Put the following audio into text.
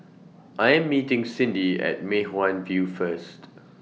I Am meeting Cindy At Mei Hwan View First